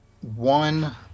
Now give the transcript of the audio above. one